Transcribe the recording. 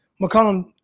McCollum